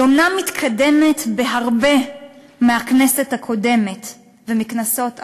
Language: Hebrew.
אומנם מתקדמת בהרבה מהכנסת הקודמת ומכנסות אחרות,